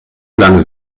lange